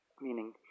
meaning